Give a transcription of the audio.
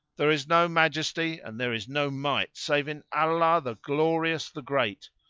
there is no majesty and there is no might save in allah the glorious, the great!